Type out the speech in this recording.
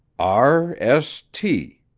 r. s. t,